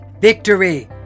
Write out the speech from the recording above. victory